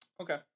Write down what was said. okay